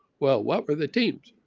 well what are the teams?